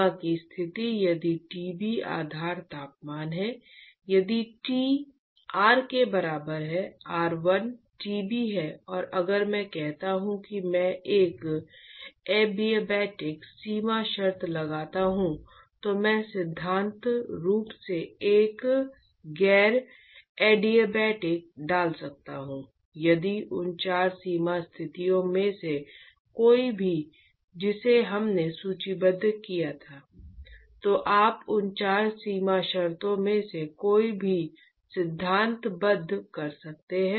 सीमा की स्थिति यदि Tb आधार तापमान है यदि T r के बराबर r1 Tb है और अगर मैं कहता हूं कि मैं एक अड़िआबाटिक सीमा शर्त लगाता हूं तो मैं सिद्धांत रूप से एक गैर अड़िआबाटिक डाल सकता हूं यदि उन 4 सीमा स्थितियों में से कोई भी जिसे हमने सूचीबद्ध किया था तो आप उन 4 सीमा शर्तों में से कोई भी सिद्धांतबद्ध कर सकते हैं